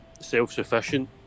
self-sufficient